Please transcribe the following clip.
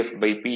M